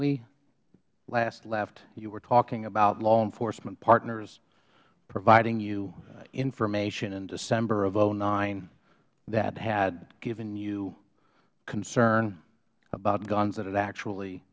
we last left you were talking about law enforcement partners providing you information in december of nine that had given you concern about guns that had actually